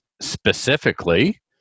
specifically